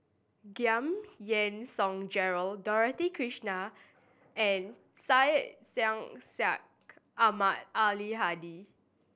Giam Yean Song Gerald Dorothy Krishnan and Syed Sheikh Syed Ahmad Al Hadi